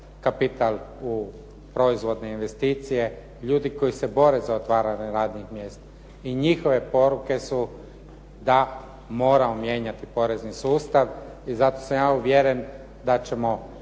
kapital u proizvodne investicije, ljudi koji se bore za otvaranje radnih mjesta i njihove poruke su da, moramo mijenjati porezni sustav i zato sam ja uvjeren da ćemo